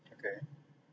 okay